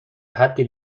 حدی